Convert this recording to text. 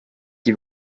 qui